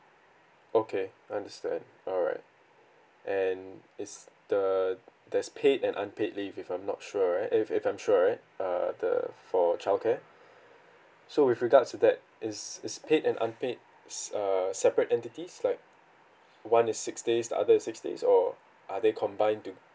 okay I understand alright and is the there's paid and unpaid leave if I'm not sure right if if I'm sure right uh the for childcare so with regards to that is is paid and unpaid s~ err separate entities like one is six days the other is six days or are they combined to